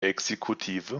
exekutive